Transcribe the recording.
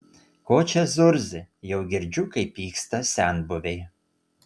ko čia zurzi jau girdžiu kaip pyksta senbuviai